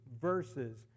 verses